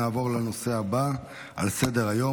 נעבור לנושא הבא על סדר-היום,